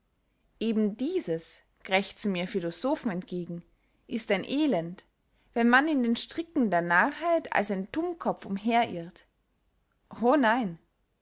eben dieses krächzen mir philosophen entgegen ist ein elend wenn man in den stricken der narrheit als ein tummkopf umherirrt o nein